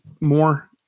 more